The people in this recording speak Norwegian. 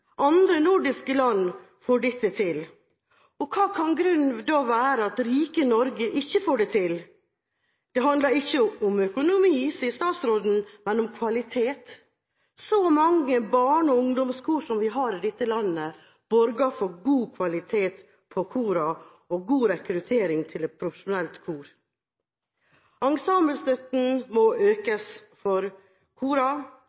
Andre nordiske land får dette til. Hva kan grunnen da være til at rike Norge ikke får det til? Det handler ikke om økonomi, sier statsråden, men om kvalitet. Så mange barne- og ungdomskor som vi har i dette landet, borger for god kvalitet på korene og god rekruttering til et profesjonelt kor. Ensemblestøtten må